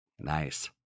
Nice